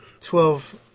Twelve